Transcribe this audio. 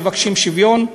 מבקשים שוויון,